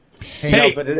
Hey